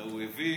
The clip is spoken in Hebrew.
הרי הוא הביא,